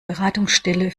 beratungsstelle